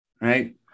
right